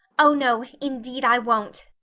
oh, no, indeed, i won't,